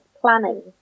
planning